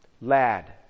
Lad